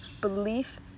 belief